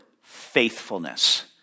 faithfulness